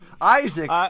Isaac